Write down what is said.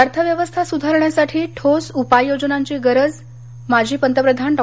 अर्थव्यवस्था सुधारण्यासाठी ठोस उपाययोजनांची गरज माजी पंतप्रधान डॉ